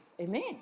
Amen